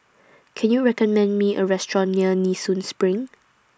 Can YOU recommend Me A Restaurant near Nee Soon SPRING